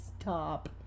stop